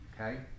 okay